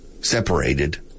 Separated